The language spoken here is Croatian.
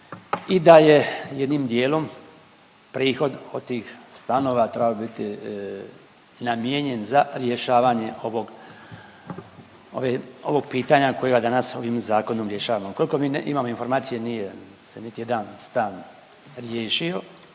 i da je jednim dijelom prihod od tih stanova trebao biti namijenjen za rješavanje ovog, ove, ovog pitanja kojega danas ovim zakonom rješavamo. Koliko mi imamo informacije nije se niti jedan stan riješio